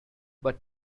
but